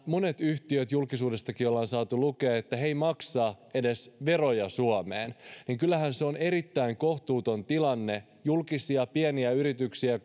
monet näistä yhtiöistä julkisuudestakin on saatu lukea eivät edes maksa veroja suomeen niin kyllähän se on erittäin kohtuuton tilanne julkisia pieniä yrityksiä